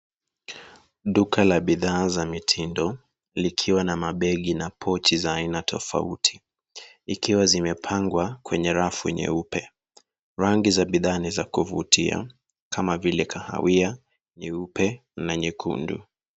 Duka la bidhaa za mitindo likiwa na mabegi na pochi za aina tofauti ikiwa zimepangwa kwenye rafu nyeupe rangi za bidhaa ni za kuvutia kama vile kahawia nyeupe na nyekundu.